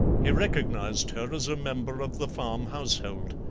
he recognized her as a member of the farm household,